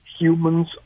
Humans